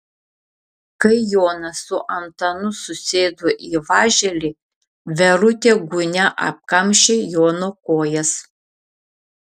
kai jonas su antanu susėdo į važelį verutė gūnia apkamšė jono kojas